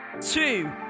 two